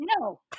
No